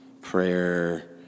prayer